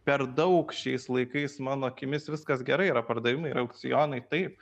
per daug šiais laikais mano akimis viskas gerai yra pardavimai yra aukcionai taip